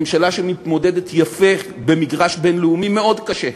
ממשלה שמתמודדת יפה במגרש בין-לאומי מאוד קשה,